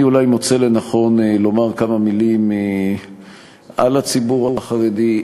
אני אולי מוצא לנכון לומר כמה מילים על הציבור החרדי,